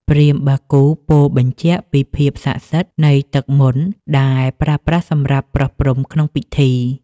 ព្រាហ្មណ៍បាគូពោលបញ្ជាក់ពីភាពស័ក្តិសិទ្ធិនៃទឹកមន្ត ដែលប្រើសម្រាប់ប្រោះព្រំក្នុងពិធី។